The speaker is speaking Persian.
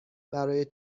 برای